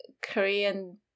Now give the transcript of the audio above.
Korean